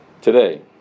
today